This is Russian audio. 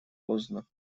поздно